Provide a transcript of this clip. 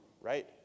right